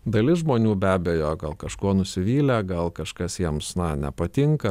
dalis žmonių be abejojo gal kažkuo nusivylę gal kažkas jiems na nepatinka